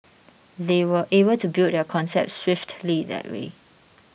they were able to build their concept swiftly that way